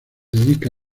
dedica